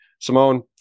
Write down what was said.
Simone